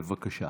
בבקשה.